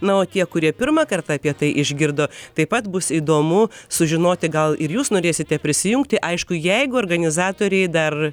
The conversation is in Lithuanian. na o tie kurie pirmą kartą apie tai išgirdo taip pat bus įdomu sužinoti gal ir jūs norėsite prisijungti aišku jeigu organizatoriai dar